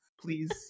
Please